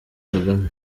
kagame